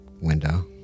window